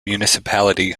municipality